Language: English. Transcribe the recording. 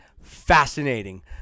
fascinating